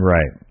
Right